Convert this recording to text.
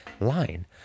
line